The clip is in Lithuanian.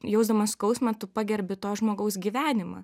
jausdamas skausmą tu pagerbi to žmogaus gyvenimą